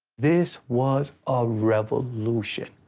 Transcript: this was a revolution.